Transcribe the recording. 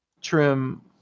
trim